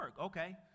Okay